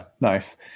nice